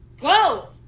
go